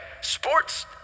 sports